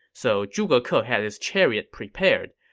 so zhuge ke ah had his chariot prepared.